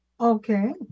Okay